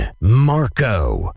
Marco